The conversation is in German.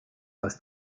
dass